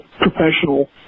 professional